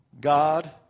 God